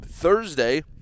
Thursday